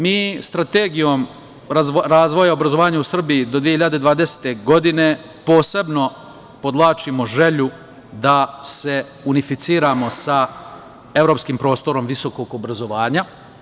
Mi Strategijom razvoja obrazovanja u Srbiji do 2020. godine posebno podvlačimo želju da se unificiramo sa evropskim prostorom visokog obrazovanja.